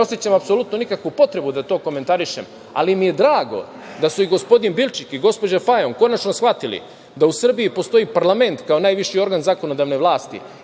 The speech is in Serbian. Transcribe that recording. ne osećam apsolutno nikakvu potrebu da to komentarišem, ali mi je drago da su i gospodin Bilčik i gospođa Fajon konačno shvatili da u Srbiji postoji parlament, kao najviši organ zakonodavne vlasti